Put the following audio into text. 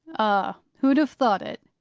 ah! who'd have thought it?